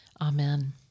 Amen